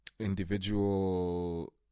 individual